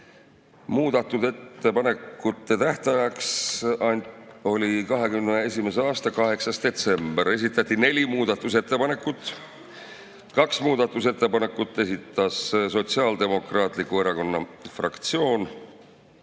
Muudatusettepanekute tähtajaks oli 2021. aasta 8. detsember. Esitati neli muudatusettepanekut. Kaks muudatusettepanekut esitas Sotsiaaldemokraatliku Erakonna fraktsioon,